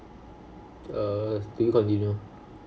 err do you continue